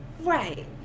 Right